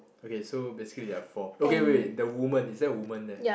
okay so basically there are four okay wait wait the woman is there a woman there